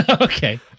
Okay